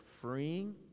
freeing